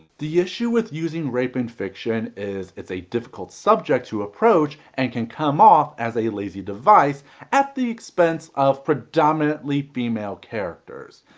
the issue with using rape in fiction is it's a difficult subject to approach and can come off as just a lazy device at the expense of predominantly female characters.